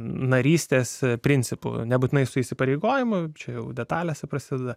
narystės principu nebūtinai su įsipareigojimu čia jau detalėse prasideda